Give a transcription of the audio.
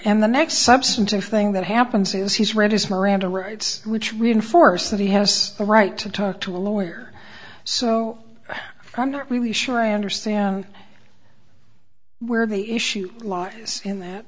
and the next substantive thing that happens is he's read his miranda rights which reinforce that he has the right to talk to a lawyer so from not really sure i understand where the issue is in that